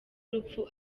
urupfu